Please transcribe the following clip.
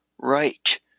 right